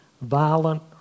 violent